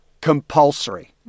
Compulsory